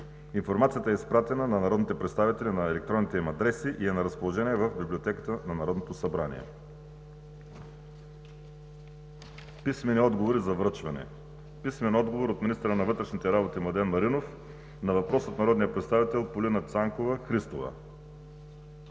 Информацията е изпратена на народните представители на електронните им адреси и е на разположение в Библиотеката на Народното събрание. Писмени отговори за връчване от: - министъра на вътрешните работи Младен Маринов на въпрос от народния представител Полина Цанкова Христова; - министъра на образованието